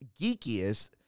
geekiest